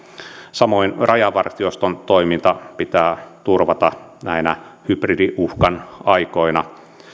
samoin rajavartioston toiminta pitää turvata näinä hybridiuhkan aikoina